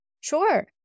Sure